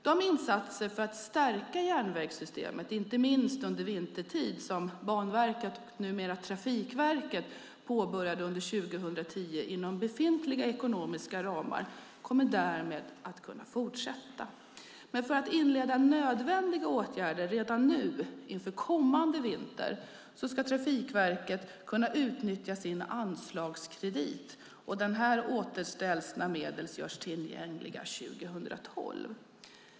De insatser för att stärka järnvägssystemet, inte minst under vintertid, som Banverket, numera Trafikverket, påbörjade under 2010 inom befintliga ekonomiska ramar kommer därmed att kunna fortsätta. För att inleda nödvändiga åtgärder redan nu inför kommande vinter ska Trafikverket kunna utnyttja sin anslagskredit. Denna återställs när medel görs tillgängliga 2012.